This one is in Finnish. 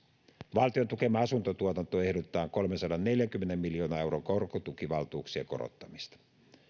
valtion tukemaan asuntotuotantoon ehdotetaan kolmensadanneljänkymmenen miljoonan euron korkotukivaltuuksien korottamista